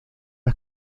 las